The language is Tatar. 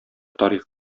тарих